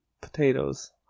potatoes